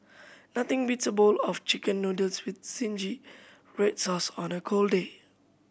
nothing beats a bowl of Chicken Noodles with zingy red sauce on a cold day